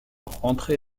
rentrer